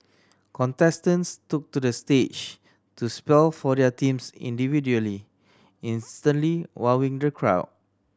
contestants took to the stage to spell for their teams individually instantly wowing the crowd